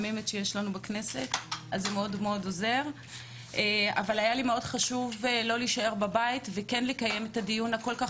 אבל היה לי מאוד חשוב כן לקיים את הדיון הכל-כך